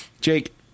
Jake